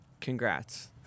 Congrats